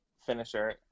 finisher